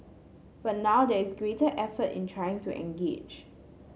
but now there is greater effort in trying to engage